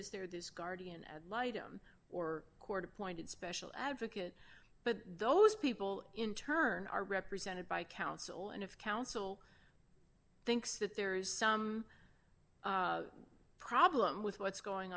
is there this guardian ad litum or court appointed special advocate but those people in turn are represented by counsel and if counsel thinks that there is some problem with what's going